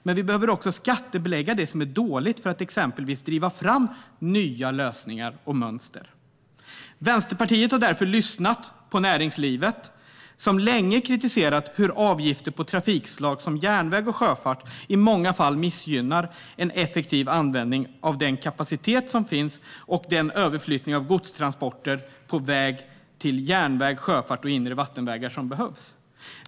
Men vi behöver också skattebelägga det som är dåligt för att exempelvis driva fram nya lösningar och mönster. Vänsterpartiet har därför lyssnat på näringslivet, som länge kritiserat hur avgifter på trafikslag som järnväg och sjöfart i många fall missgynnar en effektiv användning av den kapacitet som finns och den överflyttning av godstransporter på väg till järnväg, sjöfart och inre vattenvägar som behövs.